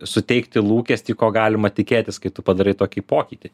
suteikti lūkestį ko galima tikėtis kai tu padarai tokį pokytį